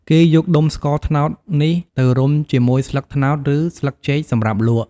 គេយកដុំស្ករត្នោតនេះទៅរុំជាមួយស្លឹកត្នោត ឬ ស្លឹកចេកសម្រាប់លក់។